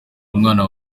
umwana